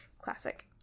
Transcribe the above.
Classic